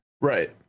right